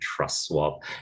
TrustSwap